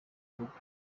juba